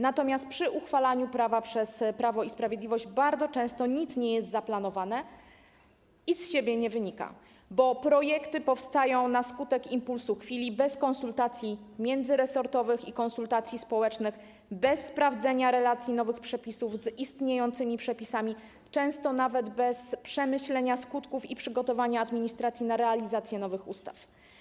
Natomiast przy uchwalaniu prawa przez Prawo i Sprawiedliwość bardzo często nic nie jest zaplanowane i nic z siebie nie wynika, bo projekty powstają na skutek impulsów chwili, bez konsultacji międzyresortowych i konsultacji społecznych, bez sprawdzenia relacji nowych przepisów z przepisami istniejącymi, często nawet bez przemyślenia skutków i przygotowania administracji na realizację nowych ustaw.